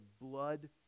blood